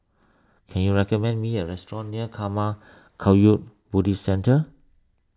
can you recommend me a restaurant near Karma Kagyud Buddhist Centre